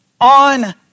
on